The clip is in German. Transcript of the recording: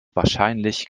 wahrscheinlich